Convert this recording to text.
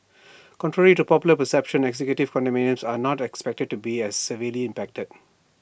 contrary to popular perceptions executive condominiums are not expected to be as severely impacted